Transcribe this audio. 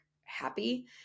happy